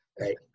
right